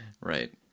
Right